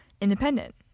independent